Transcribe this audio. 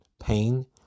pain